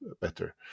better